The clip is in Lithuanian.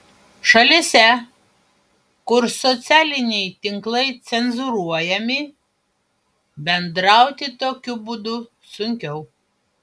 šalyse kur socialiniai tinklai cenzūruojami bendrauti tokiu būdu sunkiau